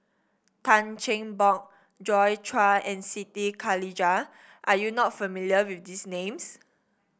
Tan Cheng Bock Joi Chua and Siti Khalijah are you not familiar with these names